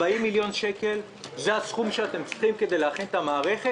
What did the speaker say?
40 מיליון שקל זה הסכום שאתם צריכים כדי להכין את המערכת?